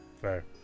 Fair